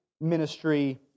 ministry